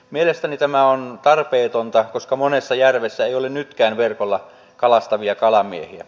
mielestäni tämä on tarpeetonta koska monessa järvessä ei ole nytkään verkolla kalastavia kalamiehiä